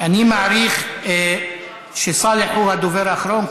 אני מעריך שסאלח הוא הדובר האחרון,